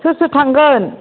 सोर सोर थांगोन